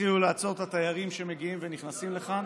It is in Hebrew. והתחילו לעצור את התיירים שמגיעים ונכנסים לכאן.